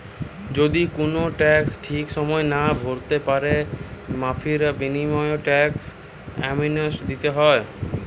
যদি কুনো ট্যাক্স ঠিক সময়ে না ভোরতে পারো, মাফীর বিনিময়ও ট্যাক্স অ্যামনেস্টি দিতে হয়